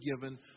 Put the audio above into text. given